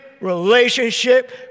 relationship